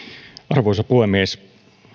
arvoisa puhemies